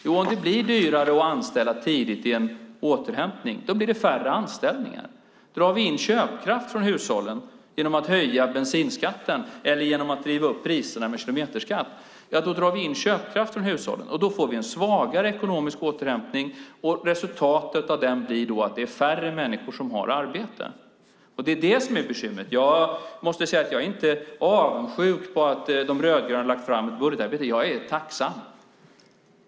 Jo, om det blir dyrare att anställa tidigt i en återhämtning blir det färre anställningar. Drar vi in köpkraft från hushållen genom att höja bensinskatten eller genom att driva upp priserna med kilometerskatt drar vi in köpkraft från hushållen, och då får vi en svagare ekonomisk återhämtning. Resultatet av den blir då att det är färre människor som har arbete. Det är det som är bekymret. Jag måste säga att jag inte är avundsjuk på att De rödgröna har lagt fram ett budgetarbete. Jag är tacksam.